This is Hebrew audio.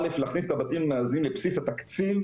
א' להכניס את הבתים המאזנים לבסיס התקציב,